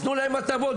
תנו להם הטבות,